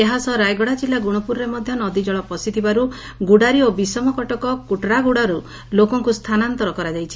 ଏହାସହ ରାୟଗଡା କିଲ୍ଲୁ ଗୁଣୁପୁରରେ ମଧ୍ଧ ନଦୀଜଳ ପଶିଥିବାରୁ ଗୁଡାରୀ ଓ ବିଷମକଟକ କୁଟରାଗଡାରୁଲୋକଙ୍କୁ ସ୍ଥାନାନ୍ତର କରାଯାଇଛି